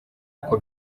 uko